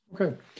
Okay